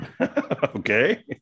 Okay